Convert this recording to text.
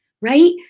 right